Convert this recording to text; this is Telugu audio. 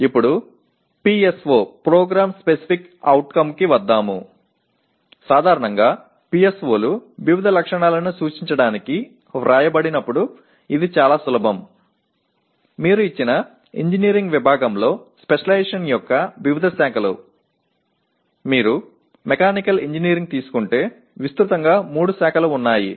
ఇప్పుడు PSO కి వద్దాము సాధారణంగా PSO లు వివిధ లక్షణాలను సూచించడానికి వ్రాయబడినప్పుడు ఇది చాలా సులభం మీరు ఇచ్చిన ఇంజనీరింగ్ విభాగంలో స్పెషలైజేషన్ యొక్క వివిధ శాఖలు మీరు మెకానికల్ ఇంజనీరింగ్ తీసుకుంటే విస్తృతంగా 3 శాఖలు ఉన్నాయి